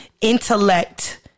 intellect